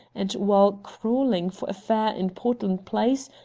and while crawling for a fare in portland place,